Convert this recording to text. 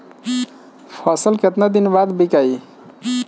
फसल केतना दिन बाद विकाई?